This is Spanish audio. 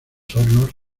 hornos